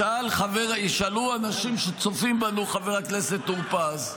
ישאלו אנשים שצופים בנו, חבר הכנסת טור פז: